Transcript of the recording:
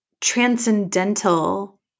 transcendental